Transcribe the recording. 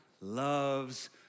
loves